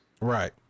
Right